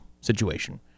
situation